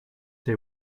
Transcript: they